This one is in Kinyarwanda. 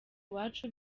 iwacu